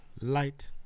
Light